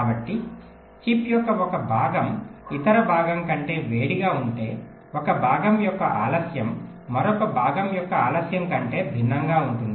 కాబట్టి చిప్ యొక్క ఒక భాగం ఇతర భాగం కంటే వేడిగా ఉంటే ఒక భాగం యొక్క ఆలస్యం మరొక భాగం యొక్క ఆలస్యం కంటే భిన్నంగా ఉంటుంది